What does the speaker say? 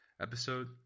episode